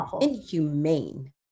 inhumane